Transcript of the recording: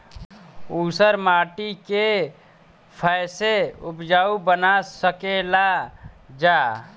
ऊसर माटी के फैसे उपजाऊ बना सकेला जा?